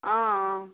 অঁ অঁ